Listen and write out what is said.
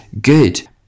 good